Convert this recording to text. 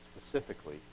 specifically